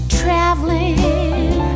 traveling